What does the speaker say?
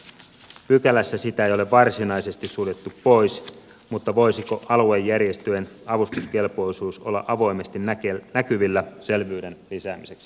pykälässä sitä ei ole varsinaisesti suljettu pois mutta voisiko aluejärjestöjen avustuskelpoisuus olla avoimesti näkyvillä selvyyden lisäämiseksi